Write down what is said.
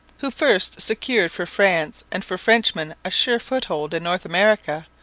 who first secured for france and for frenchmen a sure foothold in north america,